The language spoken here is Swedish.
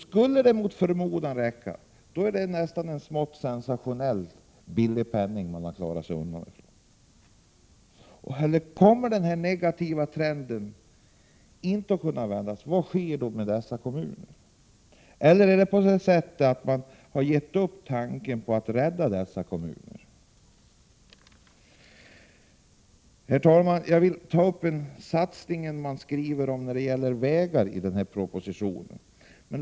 Skulle det mot förmodan räcka är det nästan en sensationellt liten penning som man klarar sig undan med. Kommer den negativa trenden inte att kunna vändas, vad sker då med dessa kommuner? Har man kanske gett upp tanken på att rädda dessa kommuner? Herr talman! Jag vill ta upp en satsning när det gäller vägar som det skrivs om i propositionen.